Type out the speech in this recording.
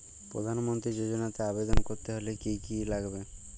প্রধান মন্ত্রী যোজনাতে আবেদন করতে হলে কি কী লাগবে?